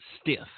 stiff